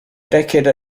decade